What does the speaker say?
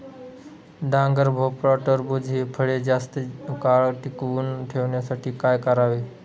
डांगर, भोपळा, टरबूज हि फळे जास्त काळ टिकवून ठेवण्यासाठी काय करावे?